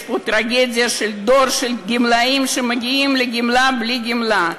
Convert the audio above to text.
יש פה טרגדיה של דור של גמלאים שמגיעים לגמלאות בלי גמלה.